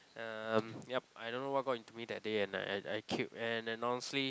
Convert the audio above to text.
um yup I don't know what got into me that day I I queued and honestly